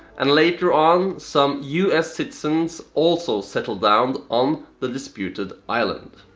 and later on some us citizens also settled down on the disputed island.